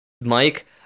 Mike